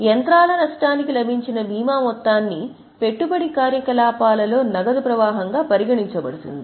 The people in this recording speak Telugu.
యంత్రాల నష్టానికి లభించిన బీమా మొత్తాన్ని పెట్టుబడి కార్యకలాపాల లో నగదు ప్రవాహంగా పరిగణించబడుతుంది